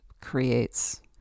creates